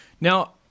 Now